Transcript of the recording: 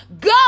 Go